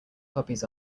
puppies